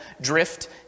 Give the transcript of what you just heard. drift